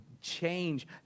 change